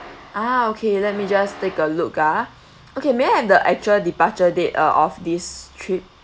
ah okay let me just take a look ah okay may I have the actual departure date uh of this trip